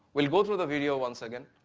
we'll go through the video once again.